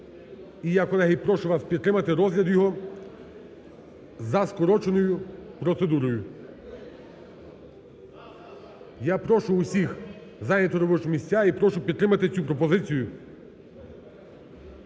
І я, колеги, прошу вас підтримати розгляд його за скороченою процедурою. Я прошу всіх зайняти робочі місця і прошу підтримати цю пропозицію.